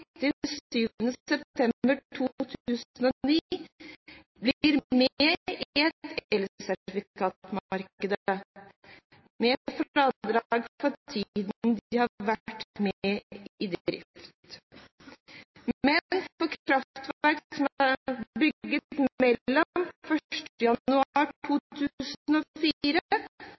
7. september 2009 blir med i et elsertifikatmarked, med fradrag for tiden de har vært i drift. Men for kraftverk som er bygd mellom 1. januar 2004